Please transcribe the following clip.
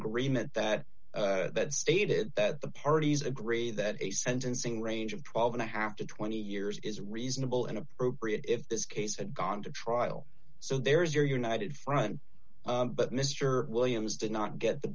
agreement that stated that the parties agree that a sentencing range of twelve and a half to twenty years is reasonable and appropriate if this case had gone to trial so there's your united front but mr williams did not get the